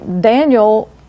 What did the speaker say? Daniel